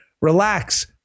Relax